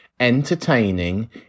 entertaining